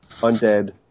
undead